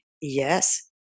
yes